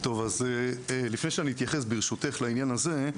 לפני שאתייחס לעניין הזה,